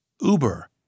Uber